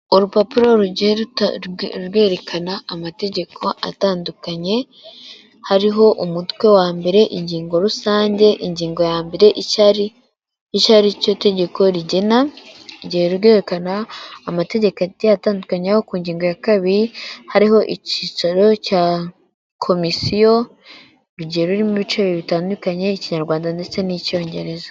Urupapuro rugiye rwerekana amategeko atandukanye ,hariho umutwe wa mbere ,ingingo rusange ,ingingo ya mbere icyari icyo ariryo itegeko rigena igihe ryerekana amategeko atandukanye , ku ngingo ya kabiri hariho icyicaro cya komisiyo rugiye rurimo ibice bibiri bitandukanye ;Ikinkinyarwanda ndetse n'Icyongereza.